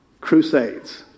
crusades